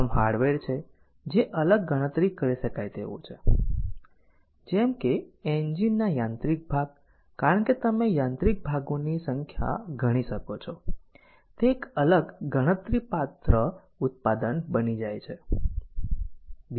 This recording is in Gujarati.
પ્રથમ હાર્ડવેર છે જે અલગ ગણતરી કરી શકાય તેવું છે જેમ કે એન્જિનના યાંત્રિક ભાગ કારણ કે તમે યાંત્રિક ભાગોની સંખ્યા ગણી શકો અને તે એક અલગ ગણતરીપાત્ર ઉત્પાદન બની જાય